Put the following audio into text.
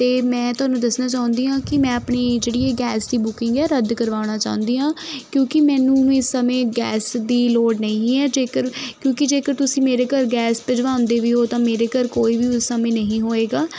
ਅਤੇ ਮੈਂ ਤੁਹਾਨੂੰ ਦੱਸਣਾ ਚਾਹੁੰਦੀ ਹਾਂ ਕਿ ਮੈਂ ਆਪਣੀ ਜਿਹੜੀ ਗੈਸ ਦੀ ਬੁਕਿੰਗ ਆ ਰੱਦ ਕਰਵਾਉਣਾ ਚਾਹੁੰਦੀ ਹਾਂ ਕਿਉਂਕਿ ਮੈਨੂੰ ਇਸ ਸਮੇਂ ਗੈਸ ਦੀ ਲੋੜ ਨਹੀਂ ਹੈ ਜੇਕਰ ਕਿਉਂਕਿ ਜੇਕਰ ਤੁਸੀਂ ਮੇਰੇ ਘਰ ਗੈਸ ਭਿਜਵਾਉਂਦੇ ਵੀ ਹੋ ਤਾਂ ਮੇਰੇ ਘਰ ਕੋਈ ਵੀ ਉਸ ਸਮੇਂ ਨਹੀਂ ਹੋਏਗਾ